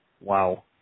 Wow